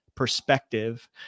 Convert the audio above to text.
Perspective